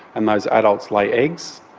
and those adults lay eggs,